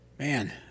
Man